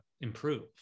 improve